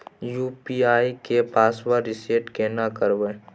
UPI के password reset केना करबे?